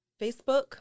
Facebook